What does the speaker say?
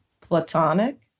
platonic